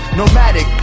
nomadic